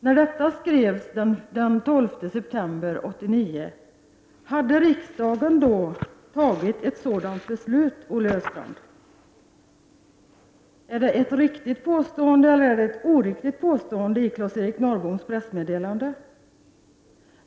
När detta skrevs den 12 september 1989, hade riksdagen då fattat ett sådant beslut, Olle Östrand? Är det ett riktigt påstående i Claes-Eric Norrboms pressmeddelande, eller är det ett oriktigt påstående?